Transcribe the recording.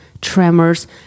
tremors